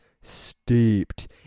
steeped